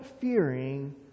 fearing